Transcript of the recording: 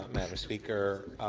madam speaker.